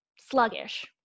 sluggish